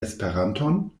esperanton